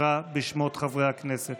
קרא בשמות חברי הכנסת.